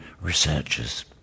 researchers